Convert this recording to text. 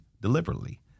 deliberately